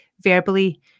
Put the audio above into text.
verbally